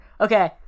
Okay